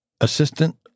Assistant